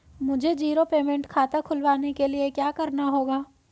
मुझे zero payment खाता खुलवाने के लिए क्या करना होगा?